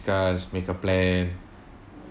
discuss make a plan